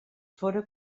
fóra